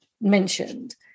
mentioned